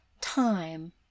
time